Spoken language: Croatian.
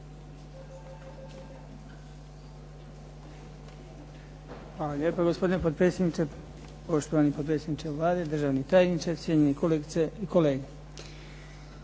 Hvala lijepa. Gospodine potpredsjedniče, poštovani potpredsjedniče Vlade, državni tajniče, cijenjeni kolegice i kolege.